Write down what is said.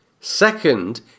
Second